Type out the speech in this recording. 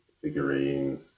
figurines